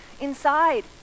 inside